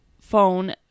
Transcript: phone